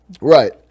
Right